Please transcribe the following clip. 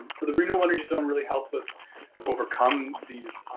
so, the renewable energy zone really helps us to overcome these